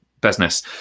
business